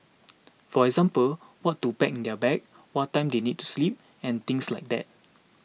for example what to pack in their bag what time they need to sleep and things like that